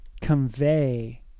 convey